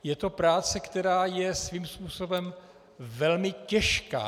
Je to práce, která je svým způsobem velmi těžká.